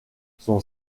son